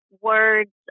words